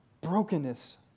brokenness